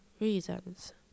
reasons